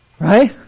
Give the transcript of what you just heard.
Right